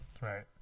right